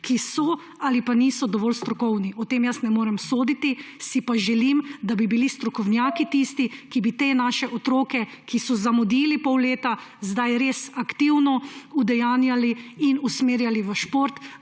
ki so ali pa niso dovolj strokovna. O tem jaz ne morem soditi, si pa želim, da bi bili strokovnjaki tisti, ki bi naše otroke, ki so zamudili pol leta, zdaj res aktivno udejanjali in usmerjali v šport,